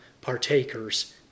partakers